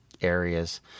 areas